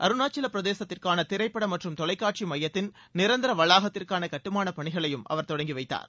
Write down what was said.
அருணாச்சல பிரதேசத்திற்கான திரைப்படம் மற்றும் தொலைக்காட்சி மையத்தின் நிரந்தர வளாகத்திற்கான கட்டுமானப் பணிகளையும் அவர் தொடங்கி வைத்தார்